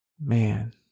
Man